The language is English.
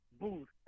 booth